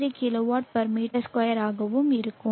33 kW m2 ஆகவும் இருக்கும்